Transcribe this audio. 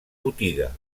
botiga